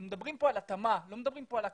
מדברים פה על התאמה, לא מדברים פה על הקלה,